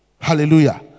Hallelujah